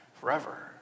forever